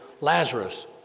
Lazarus